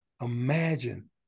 Imagine